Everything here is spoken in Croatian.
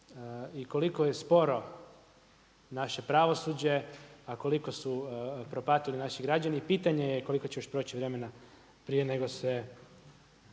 i koliko je sporo naše pravosuđe a koliko su propatili naši građani. Pitanje je koliko će još proći vremena prije nego se